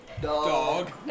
Dog